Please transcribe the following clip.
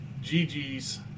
Gigi's